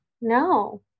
No